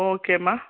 okay ಅಮ್ಮ